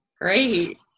Great